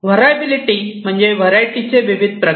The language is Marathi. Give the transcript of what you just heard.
व्हरायबिलीटी म्हणजे व्हरायटीचे विविध प्रकार